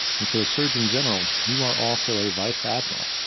and so, as surgeon general, you are also a vice admiral.